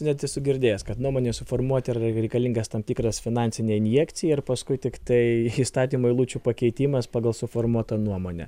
net esu girdėjęs kad nuomonei suformuoti reikalingas tam tikras finansinė injekcija ir paskui tiktai įstatymo eilučių pakeitimas pagal suformuotą nuomonę